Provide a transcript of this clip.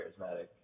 charismatic